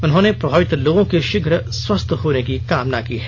उन्होंने प्रभावित लोगों के शीघ्र स्वस्थ होने की कामना की है